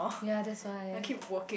ya that's why